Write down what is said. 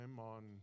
on